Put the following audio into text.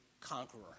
conqueror